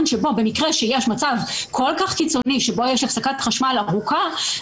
שבו במקרה שיש מצב כל כך קיצוני שבו יש הפסקת חשמל ארוכה,